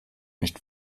nicht